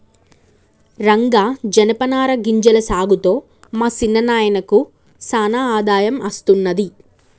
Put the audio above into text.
రంగా జనపనార గింజల సాగుతో మా సిన్న నాయినకు సానా ఆదాయం అస్తున్నది